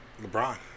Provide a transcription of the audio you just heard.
LeBron